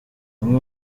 amwe